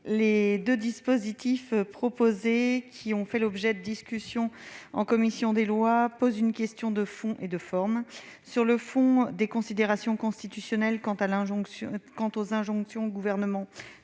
Les deux dispositifs proposés, qui ont fait l'objet de discussions en commission des lois, posent une question de fond et de forme. Sur le fond, des considérations constitutionnelles sur les injonctions du Gouvernement